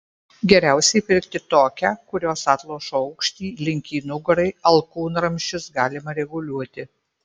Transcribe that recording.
geriausiai pirkti tokią kurios atlošo aukštį linkį nugarai alkūnramsčius galima reguliuoti